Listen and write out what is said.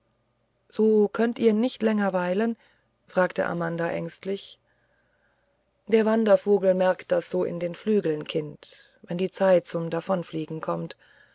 so könnt ihr nicht länger hier weilen fragte amanda ängstlich der wandervogel merkt das so in den flügeln kind wenn die zeit zum davonfliegen kommt